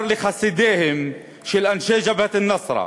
לחסדיהם של אנשי "ג'בהת א-נוסרה".